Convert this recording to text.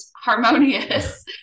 harmonious